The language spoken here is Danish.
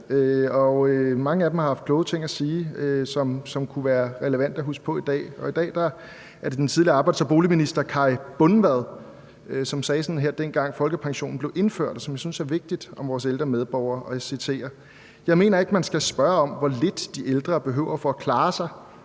Mange af dem har jo haft kloge ting at sige, som kunne være relevante at huske på i dag, og i dag er det den tidligere arbejds- og boligminister Kaj Bundvad, som sagde sådan her om vores ældre medborgere, dengang folkepensionen blev indført, og det synes jeg er vigtigt, og jeg citerer: »Jeg mener ikke, at man skal spørge om, hvor lidt de ældre behøver for at klare sig,